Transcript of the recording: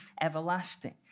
everlasting